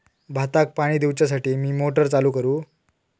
भाताक पाणी दिवच्यासाठी मी मोटर चालू करू?